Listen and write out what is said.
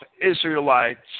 Israelites